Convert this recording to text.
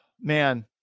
man